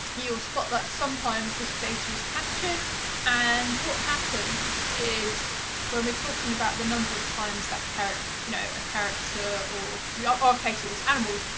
you'll spot that sometimes this data is captured and what happens is when we're talking about the number of times that character. you know, a character or. for yeah our case it was animals,